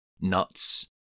Nuts